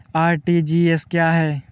RTGS क्या है?